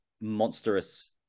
monstrous